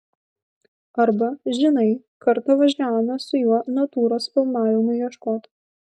arba žinai kartą važiavome su juo natūros filmavimui ieškot